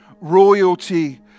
royalty